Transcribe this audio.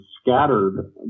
scattered